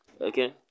Okay